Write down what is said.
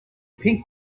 pink